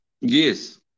Yes